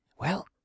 Well